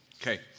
Okay